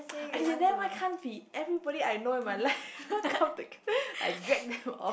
as in then why can't be everybody I know in my life all come take I drag them all